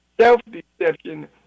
self-deception